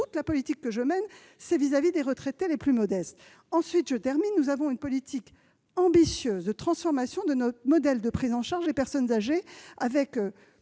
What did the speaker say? la politique que je mène sont tournés vers les retraités les plus modestes ! Enfin, nous menons une politique ambitieuse de transformation de notre modèle de prise en charge des personnes âgées, avec